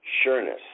sureness